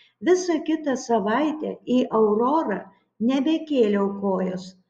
visą kitą savaitę į aurorą nebekėliau kojos